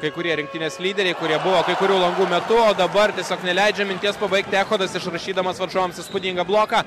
kai kurie rinktinės lyderiai kurie buvo kurių langų metu o dabar tiesiog neleidžia minties pabaigti echodas išrašydamas varžovams įspūdingą bloką